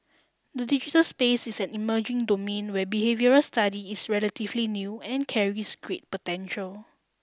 the digital space is an emerging domain where behavioural study is relatively new and carries great potential